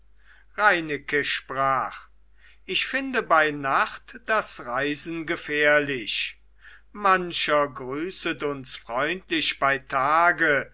reineke sprach ich finde bei nacht das reisen gefährlich mancher grüßet uns freundlich bei tage